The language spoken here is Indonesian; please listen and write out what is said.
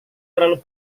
terlalu